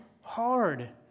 hard